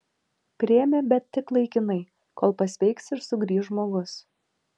priėmė bet tik laikinai kol pasveiks ir sugrįš žmogus